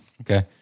Okay